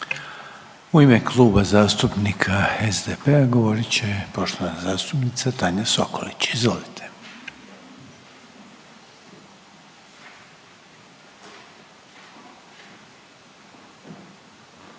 U ime Kluba zastupnika SDP-a govorit će poštovana zastupnica Sabina Glasovac